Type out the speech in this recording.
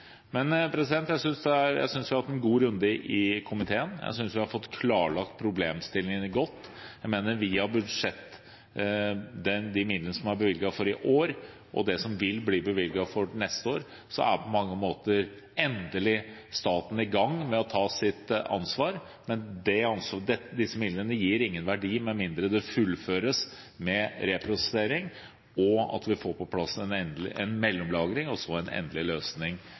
Jeg syns vi har fått klarlagt problemstillingene godt. Jeg mener at med de midlene som er bevilget for i år, og det som vil bli bevilget for neste år, er på mange måter endelig staten i gang med å ta sitt ansvar. Men disse midlene gir ingen verdi med mindre det fullføres med reprosessering, og at vi får på plass en mellomlagring, og så en endelig løsning